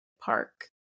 park